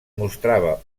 mostrava